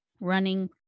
running